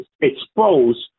exposed